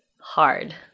hard